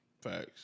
Facts